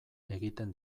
egiten